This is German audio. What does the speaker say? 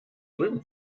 drüben